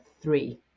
three